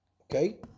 okay